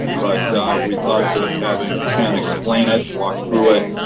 but we thought that having ken explain it, walk through it,